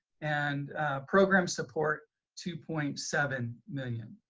and program support two point seven million.